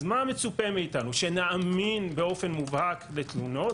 אז מה מצופה מאיתנו שנאמין באופן מובהק לתלונות,